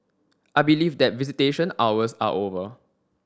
I believe that visitation hours are over